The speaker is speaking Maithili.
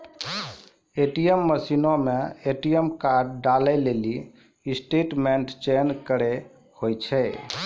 ए.टी.एम मशीनो मे ए.टी.एम कार्ड डालै लेली स्टेटमेंट चयन करे होय छै